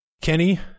kenny